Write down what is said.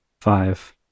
Five